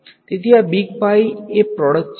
તેથી આ big pi એ પ્રોડક્ટ છે